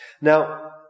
Now